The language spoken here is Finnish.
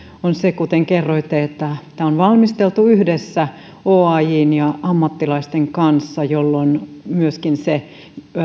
on se kuten kerroitte että tämä on valmisteltu yhdessä oajn ja ammattilaisten kanssa jolloin myöskin se